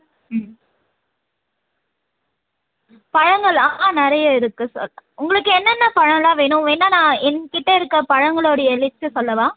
ம் பழங்களா ஆ நிறைய இருக்குது சார் உங்களுக்கு என்னென்ன பழலாம் வேணும் வேண்ணால் நான் என்கிட்ட இருக்கற பழங்களோடைய லிஸ்ட்டு சொல்லவா